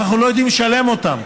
אבל אנחנו לא יודעים לשלם עליהן,